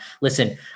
Listen